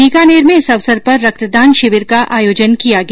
बीकानेर में इस अवसर पर रक्तदान शिविर का आयोजन किया गया